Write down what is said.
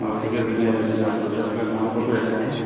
নাসিকের পেঁয়াজ আছে আর সর্ষের তেলের দাম কত যাচ্ছে এখন